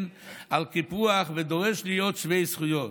על קיפוח ודורש להיות שווה זכויות.